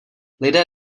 lidé